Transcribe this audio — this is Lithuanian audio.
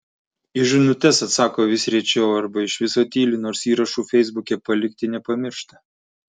į žinutes atsako vis rečiau arba iš viso tyli nors įrašų feisbuke palikti nepamiršta